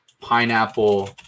pineapple